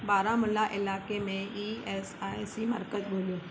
बारामुला इलाइक़े में E S I C मर्कज़ ॻोल्हियो